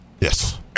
Yes